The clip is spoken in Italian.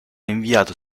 inviato